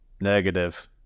negative